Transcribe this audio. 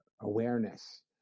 awareness